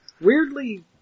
weirdly